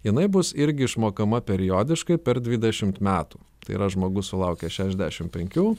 jinai bus irgi išmokama periodiškai per dvidešimt metų tai yra žmogus sulaukęs šešdešim penkių